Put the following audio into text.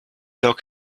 dog